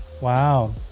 Wow